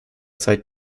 zeit